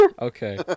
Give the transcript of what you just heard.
Okay